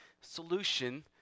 solution